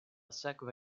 sekva